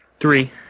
Three